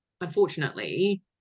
unfortunately